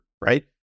right